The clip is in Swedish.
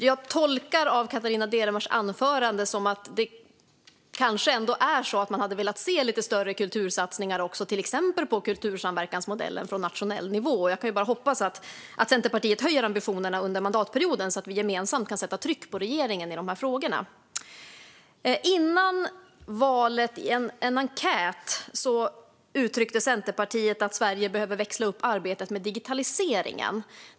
Jag tolkar Catarina Deremars anförande som att man kanske ändå hade velat se lite större kultursatsningar, till exempel på kultursamverkansmodellen, från nationell nivå. Jag kan bara hoppas att Centerpartiet höjer ambitionerna under mandatperioden så att vi gemensamt kan sätta tryck på regeringen i de här frågorna. Före valet uttryckte Centerpartiet i en enkät att Sverige behöver växla upp arbetet med digitaliseringen.